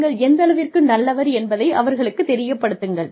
நீங்கள் எந்தளவிற்கு நல்லவர் என்பதை அவர்களுக்குத் தெரியப் படுத்துங்கள்